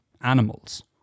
animals